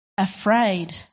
Afraid